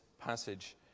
passage